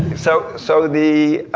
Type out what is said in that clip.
so so, the,